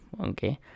okay